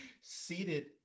Seated